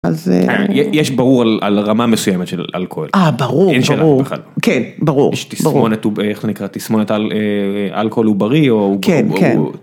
אז זה.. יש ברור על הרמה מסוימת של אלכוהול. ברור, ברור. כן ברור, ברור. יש תסמונת, איך זה נקרא, תסמונת אלכוהול עוברי. כן, כן